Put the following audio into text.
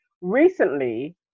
Recently